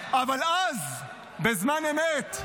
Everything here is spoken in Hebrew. אבל אז, בזמן אמת,